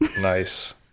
nice